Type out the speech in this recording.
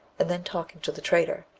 and then talking to the trader.